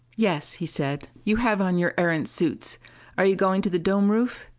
yes, he said. you have on your erentz suits are you going to the dome roof?